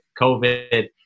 COVID